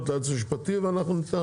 ליועץ המשפטי ואנחנו נחזיר לך תשובה.